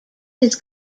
his